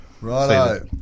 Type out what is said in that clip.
Righto